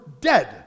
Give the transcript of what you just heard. dead